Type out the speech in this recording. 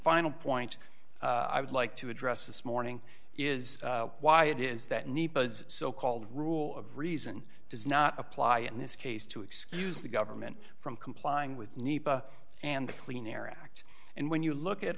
final point i would like to address this morning is why it is that need does so called rule of reason does not apply in this case to excuse the government from complying with nepa and the clean air act and when you look at